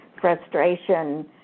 frustration